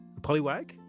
Polywag